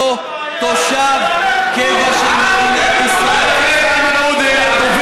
שבו תושב קבע של מדינת ישראל, חבר